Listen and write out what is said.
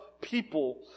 people